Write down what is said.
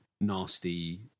nasty